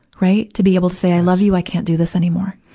right? to be able to say i love you, i can't do this anymore.